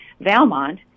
Valmont